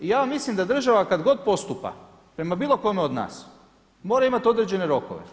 I ja vam mislim da država kada god postupa prema bilo kome od nas mora imati određene rokove.